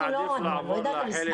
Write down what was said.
אני מעדיף לעבור לחלק